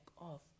off